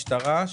משטרה,